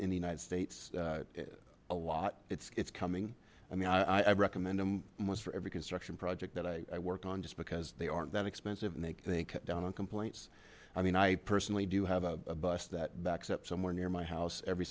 in the united states a lot it's coming i mean i recommend him most for every construction project that i work on just because they aren't that expensive and they cut down on complaints i mean i personally do have a bus that backs up somewhere near my house every